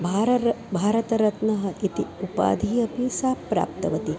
भारतं भारतरत्नम् इति उपाधिम् अपि सा प्राप्तवती